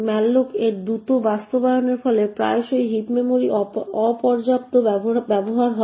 malloc এর দ্রুত বাস্তবায়নের ফলে প্রায়শই হিপ মেমরির অপর্যাপ্ত ব্যবহার হয়